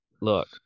look